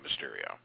Mysterio